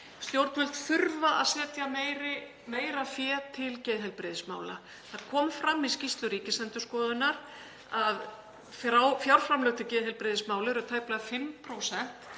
Stjórnvöld þurfa að setja meira fé til geðheilbrigðismála. Það kom fram í skýrslu Ríkisendurskoðunar að fjárframlög til geðheilbrigðismála eru tæplega 5%